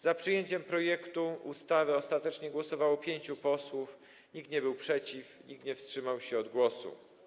Za przyjęciem projektu ustawy ostatecznie głosowało 5 posłów, nikt nie był przeciw, nikt nie wstrzymał się od głosu.